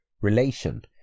relation